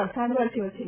વરસાદ વરસ્યો છે